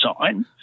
sign